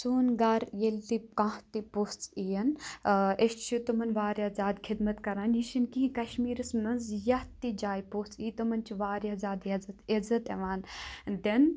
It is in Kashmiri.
سون گَرٕ ییٚلہِ تہِ کانٛہہ تہِ پوٚژھ یِن أسۍ چھِ تٕمَن واریاہ زیادٕ خدمَت کَران یہِ چھِنہٕ کینٛہہ کَشمیٖرَس منٛز یَتھ تہِ جایہِ پوٚژھ ایی تِمَن چھِ واریاہ زیادٕ یَزت عزت یِوان دِنہٕ